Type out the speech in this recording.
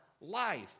life